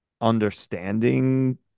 understanding